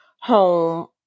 home